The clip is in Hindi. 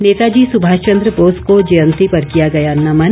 नेताजी सुभाष चन्द्र बोस को जयंती पर किया गया नमन